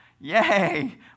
Yay